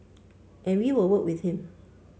and we will work with him